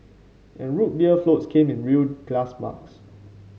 and Root Beer floats came in real glass mugs